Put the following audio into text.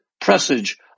presage